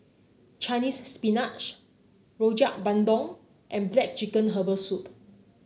Chinese Spinach Rojak Bandung and black chicken Herbal Soup